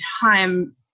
time